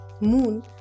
moon